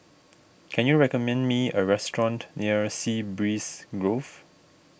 can you recommend me a restaurant near Sea Breeze Grove